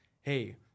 Hey